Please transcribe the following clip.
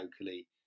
locally